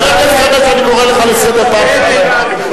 חבר הכנסת חרמש, אני קורא לסדר פעם שנייה.